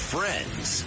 Friends